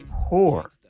poor